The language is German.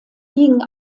liegen